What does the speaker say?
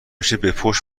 پشت